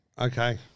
Okay